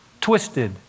twisted